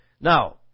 now